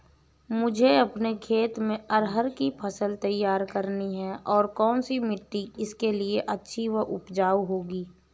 मुझे अपने खेत में अरहर की फसल तैयार करनी है और कौन सी मिट्टी इसके लिए अच्छी व उपजाऊ होगी?